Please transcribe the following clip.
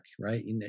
right